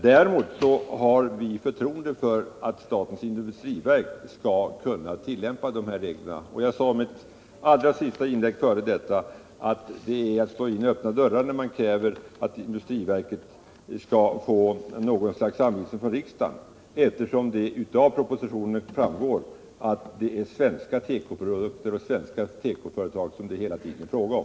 Däremot har vi förtroende för att statens industriverk skall kunna tillämpa dessa regler. I mitt tidigare inlägg sade jag att det är att slå in öppna dörrar att kräva att industriverket skall få något slags anvisning från riksdagen, eftersom det av propositionen framgår att det är svenska företag, som det hela tiden är fråga om.